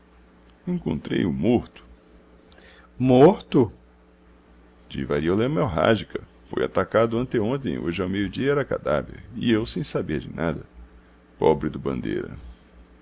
encontrei-o morto morto de varíola hemorrágica foi atacado anteontem e hoje ao meio-dia era cadáver e eu sem saber de nada pobre do bandeira